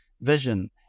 vision